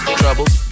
troubles